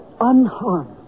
unharmed